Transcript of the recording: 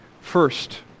First